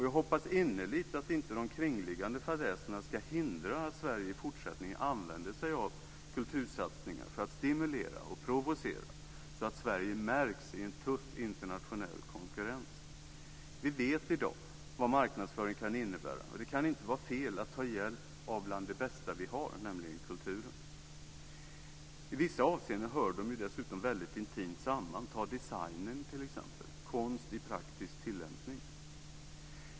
Jag hoppas innerligt att inte de kringliggande fadäserna ska hindra att Sverige i fortsättningen använder sig av kultursatsningar för att stimulera och provocera, så att Sverige märks i en tuff internationell konkurrens. Vi vet i dag vad marknadsföring kan innebära, och det kan inte vara fel att ta hjälp av bland det bästa vi har, nämligen kulturen. I vissa avseenden hör de väldigt intimt samman, och som exempel kan nämnas design som ju är konst i praktisk tillämpning.